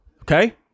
okay